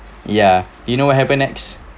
ya you know what happened next